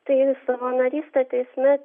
tai savanorystė teisme